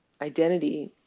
identity